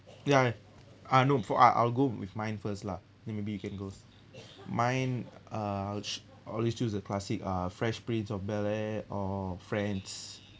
ya ah no for I I will go with mine first lah then maybe you can go s~ mine uh ch~ always choose the classic ah fresh prince of bel-air or friends